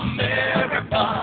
America